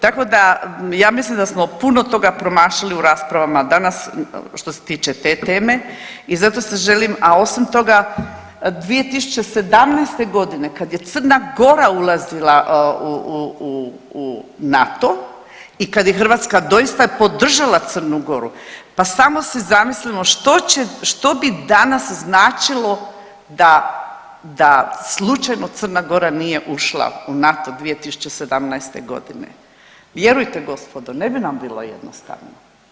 Tako da, ja mislim da smo puno toga promašili u raspravama danas, što se tiče te teme i zato se želim, a osim toga, 2017. g. kad je Crna Gora ulazila u NATO i kad je Hrvatska doista podržala Crnu Goru, pa samo si zamislimo što će, što bi danas značilo da slučajno Crna Gora nije ušla u NATO 2017. g. Vjerujete gospodo, ne bi nam bilo jednostavno.